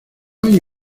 hay